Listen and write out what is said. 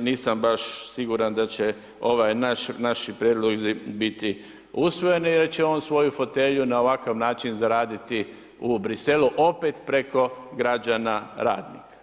nisam baš siguran da će ovi naši prijedlozi biti usvojeni jer će on svoju fotelju na ovakav način zaraditi u Bruxellesu, opet preko građana radnika.